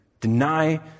deny